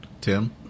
Tim